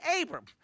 Abram